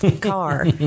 car